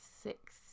six